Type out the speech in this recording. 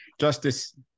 Justice